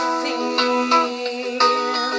feel